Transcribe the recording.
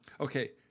Okay